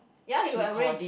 ya he will arrange